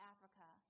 Africa